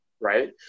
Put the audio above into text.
Right